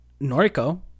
Noriko